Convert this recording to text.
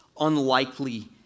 unlikely